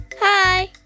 Hi